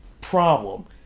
problem